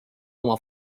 oma